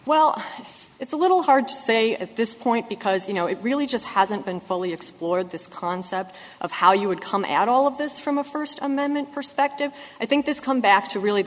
well it's a little hard to say at this point because you know it really just hasn't been fully explored this concept of how you would come at all of this from a first amendment perspective i think this come back to really